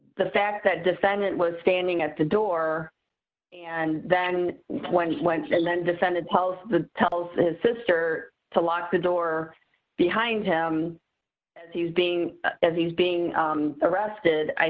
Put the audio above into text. the fact that defendant was standing at the door and then when he went and then descended the tells his sister to lock the door behind him he's being as he's being arrested i